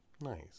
Nice